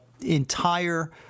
entire